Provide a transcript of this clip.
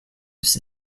voient